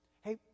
Hey